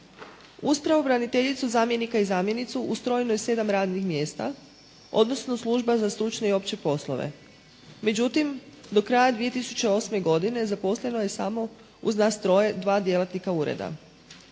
pravobraniteljicu, zamjenika i zamjenicu ustrojeno je 7 radnih mjesta, odnosno Služba za stručne i opće poslove. Međutim, do kraja 2008. godine zaposleno je samo uz nas troje, dva djelatnika ureda.